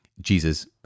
Jesus